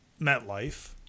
MetLife